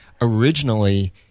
Originally